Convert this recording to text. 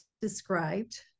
described